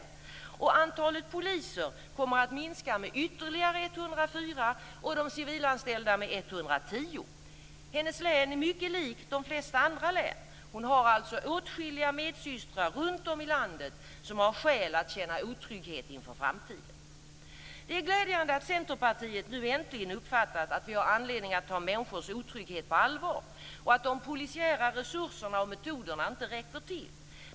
Samtidigt får hon beskedet att antalet poliser kommer att minska med 104 och antalet civilanställda med 110 personer. Hennes län är mycket likt de flesta andra län. Hon har alltså åtskilliga medsystrar runt om i landet som har skäl att känna otrygghet inför framtiden. Det är glädjande att Centerpartiet nu äntligen uppfattat att vi har anledning att ta människors otrygghet på allvar och att de polisiära resurserna och metoderna inte räcker till.